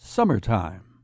Summertime